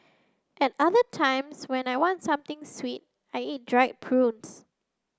at other times when I want something sweet I eat dried prunes